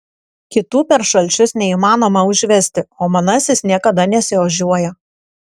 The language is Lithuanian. kitų per šalčius neįmanoma užvesti o manasis niekada nesiožiuoja